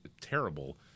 terrible